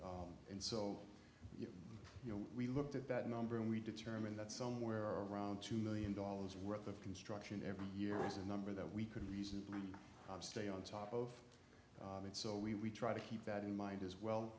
w and so you know we looked at that number and we determined that somewhere around two million dollars worth of construction every year is a number that we could reasonably stay on top of it so we try to keep that in mind as